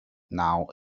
now